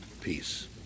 peace